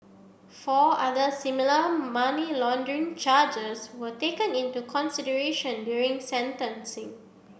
four other similar money laundering charges were taken into consideration during sentencing